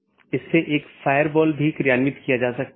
संदेश भेजे जाने के बाद BGP ट्रांसपोर्ट कनेक्शन बंद हो जाता है